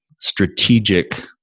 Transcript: strategic